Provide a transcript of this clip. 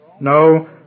No